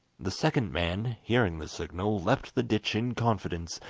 the second man, hearing the signal, leapt the ditch in confidence,